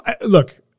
look